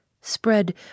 spread